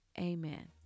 amen